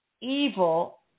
evil